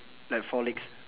like four legs